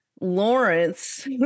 Lawrence